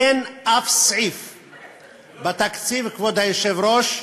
אין אף סעיף בתקציב, כבוד היושב-ראש,